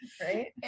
right